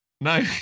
No